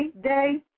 day